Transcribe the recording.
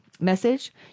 message